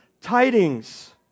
tidings